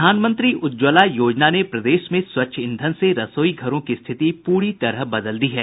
प्रधानमंत्री उज्ज्वला योजना ने प्रदेश में स्वच्छ ईंधन से रसोई घरों की स्थिति पूरी तरह बदल दी है